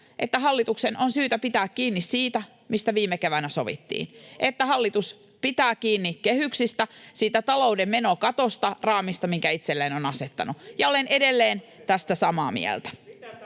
että hallituksen on syytä pitää kiinni siitä, mistä viime keväänä sovittiin, [Ben Zyskowicz: Joo-o!] että hallitus pitää kiinni kehyksistä, siitä talouden menokatosta, raamista, minkä itselleen on asettanut, ja olen edelleen tästä samaa mieltä.